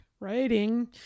writing